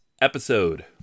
episode